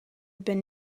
been